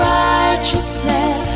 righteousness